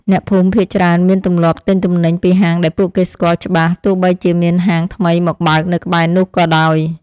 អ្នកភូមិភាគច្រើនមានទម្លាប់ទិញទំនិញពីហាងដែលពួកគេស្គាល់ច្បាស់ទោះបីជាមានហាងថ្មីមកបើកនៅក្បែរនោះក៏ដោយ។